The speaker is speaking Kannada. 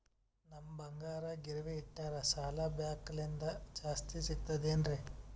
ನಮ್ ಬಂಗಾರ ಗಿರವಿ ಇಟ್ಟರ ಸಾಲ ಬ್ಯಾಂಕ ಲಿಂದ ಜಾಸ್ತಿ ಸಿಗ್ತದಾ ಏನ್?